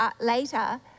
later